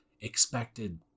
expected